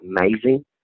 amazing